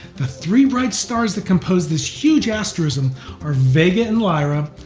the three bright stars that compose this huge asterism are vega in lyra,